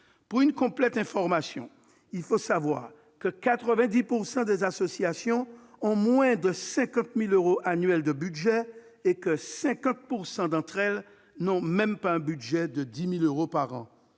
Pour une complète information, il faut savoir que 90 % des associations ont un budget annuel de moins de 50 000 euros et que 50 % d'entre elles n'ont même pas un budget de 10 000 euros par an.